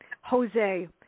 Jose